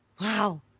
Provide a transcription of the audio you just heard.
Wow